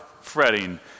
fretting